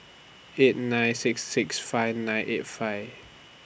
eight nine six six five nine eight five